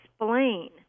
explain